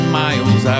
miles